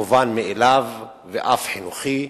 מובן מאליו, ואף חינוכי.